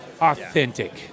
Authentic